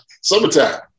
Summertime